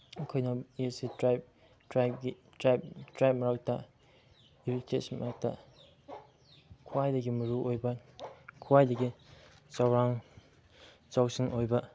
ꯑꯩꯈꯣꯏꯅ as a ꯇ꯭ꯔꯥꯏꯕ ꯇ꯭ꯔꯥꯏꯕ ꯃꯔꯛꯇ ꯏꯔꯤꯀꯦꯁ ꯃꯔꯛꯇ ꯈ꯭ꯋꯥꯏꯗꯒꯤ ꯃꯔꯨ ꯑꯣꯏꯕ ꯈ꯭ꯋꯥꯏꯗꯒꯤ ꯆꯥꯎꯁꯤꯡ ꯑꯣꯏꯕ